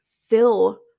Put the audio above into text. fill